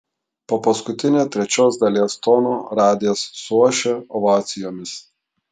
po paskutinio trečios dalies tono radijas suošia ovacijomis